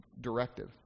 directive